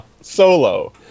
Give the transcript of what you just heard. Solo